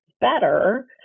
better